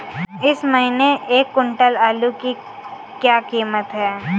इस महीने एक क्विंटल आलू की क्या कीमत है?